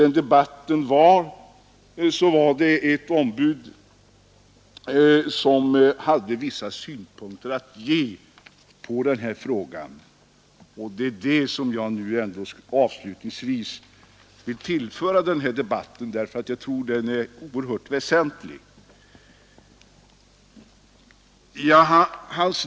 Men ett av ombuden hade vissa synpunkter att ge på den här frågan, och dem vill jag nu avslutningsvis tillföra den här debatten, därför att jag tror att de är oerhört väsentliga.